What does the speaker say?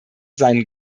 seinen